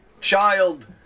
child